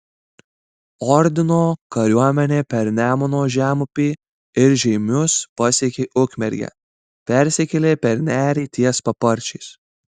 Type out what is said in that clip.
ordino kariuomenė per nemuno žemupį ir žeimius pasiekė ukmergę persikėlė per nerį ties paparčiais